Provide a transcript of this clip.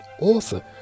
author